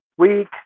week